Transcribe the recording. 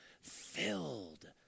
filled